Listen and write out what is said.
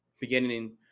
beginning